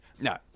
No